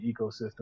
ecosystem